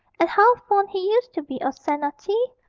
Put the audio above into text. and how fond he used to be of senna tea,